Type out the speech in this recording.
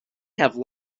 have